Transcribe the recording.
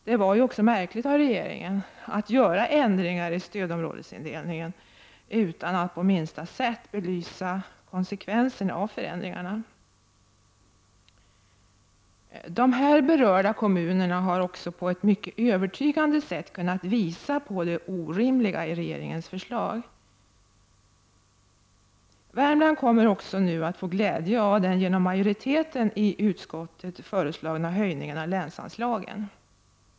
Det var ju också märkligt av regeringen att göra ändringar i stödområdesindelningen utan att på minsta sätt belysa konsekvenserna av förändringarna. De berörda kommunerna har också på ett mycket övertygande sätt kunnat visa på det orimliga i regeringens förslag. Värmland kommer också att få glädje av den genom majoriteten i utskottet föreslagna höjningen av länsanslagen.